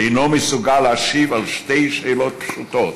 ואינו מסוגל להשיב על שתי שאלות פשוטות: